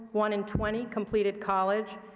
one in twenty completed college,